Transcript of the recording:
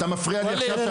אתה מפריע לי עכשיו,